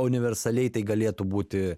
universaliai tai galėtų būti